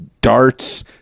darts